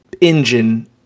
engine